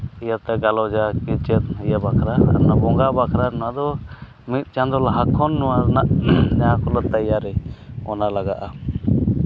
ᱤᱭᱟᱹᱛᱮ ᱜᱟᱞᱚᱪᱼᱟ ᱤᱭᱟᱹ ᱵᱚᱸᱜᱟ ᱵᱟᱠᱷᱨᱟ ᱱᱚᱣᱟᱫᱚ ᱫᱚ ᱢᱤᱫ ᱪᱟᱸᱫᱳ ᱞᱟᱦᱟ ᱠᱷᱚᱱ ᱱᱚᱣᱟ ᱨᱮᱱᱟᱜ ᱯᱩᱨᱟᱹ ᱛᱮᱭᱟᱨᱤ ᱚᱱᱟ ᱞᱟᱜᱟᱜᱼᱟ